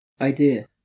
idea